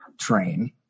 train